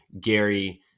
Gary